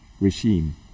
regime